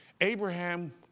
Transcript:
Abraham